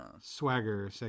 swagger